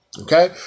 Okay